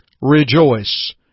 Rejoice